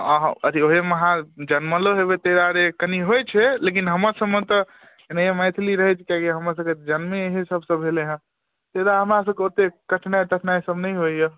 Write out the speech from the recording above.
अहाँ अथी उएहमे अहाँ जन्मलो हेबै ताहि दुआरे कनि होइत छै लेकिन हमरसभमे तऽ एनाहिए मैथिली रहैके चाहियै हमरसभके जन्मे एहि सभसँ भेलै हेँ ताहि दुआरे हमरासभकेँ ओतेक कठिनाइ तठिनाइसभ नहि होइए